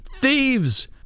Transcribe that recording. thieves